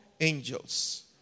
angels